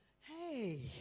hey